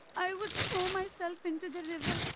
i would throw myself into the river.